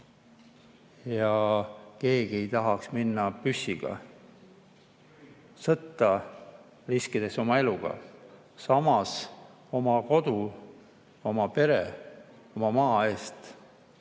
ja keegi ei tahaks püssiga sõtta minna, riskides oma eluga. Samas oma kodu, oma pere, oma maa eest